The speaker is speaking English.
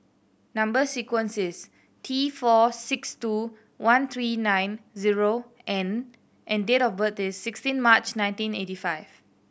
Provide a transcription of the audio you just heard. number sequence is T four six two one three nine zero N and date of birth is sixteen March nineteen eighty five